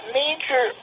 major